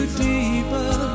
deeper